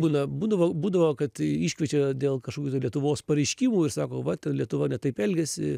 būna būdavo būdavo kad iškviečia dėl kažkokių tai lietuvos pareiškimų ir sako va ten lietuva taip elgiasi